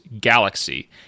galaxy